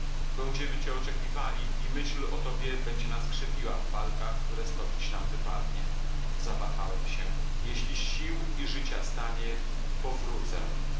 będziemy cię oczekiwali i myśl o tobie będzie nas krzepiła w walkach które stoczyć nam wypadnie zawahałem się jeśli sił i życia stanie powrócę